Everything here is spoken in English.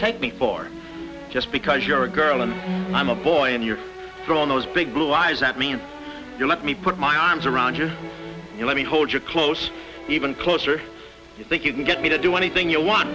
take me for just because you're a girl and i'm a boy and you're grown those big blue eyes at me and you let me put my arms around you and let me hold you close even closer you think you can get me to do anything you want